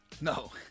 No